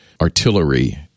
artillery